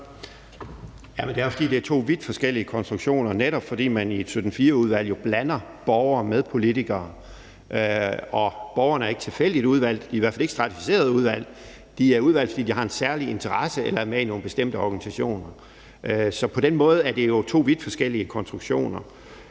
Det er jo, fordi det er to vidt forskellige konstruktioner, netop fordi man i 17-4-udvalg blander borgere med politikere. Og borgerne er ikke tilfældigt udvalgt. De er i hvert fald ikke stratificeret udvalgt. De er udvalgt, fordi de har en særlig interesse eller er med i nogle bestemte organisationer. Så på den måde er det jo to vidt forskellige konstruktioner.